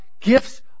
Gifts